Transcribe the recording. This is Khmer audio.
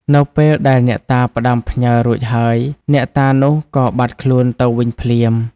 នៅពេលដែលអ្នកតាផ្ដាំផ្ញើររួចហើយ អ្នកតានោះក៏បាត់ខ្លួនទៅវិញភ្លាម។